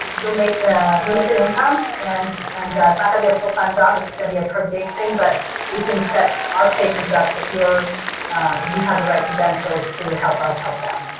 you'll make you'll make an income and and it's not gonna be a full-time job is it's gonna be a part gig thing but we can set our patients up if you're you have the right credentials to help us help them.